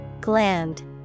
Gland